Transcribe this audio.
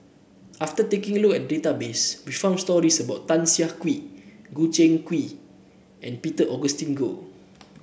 after taking a look at database we found stories about Tan Siah Kwee Choo Seng Quee and Peter Augustine Goh